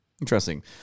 Interesting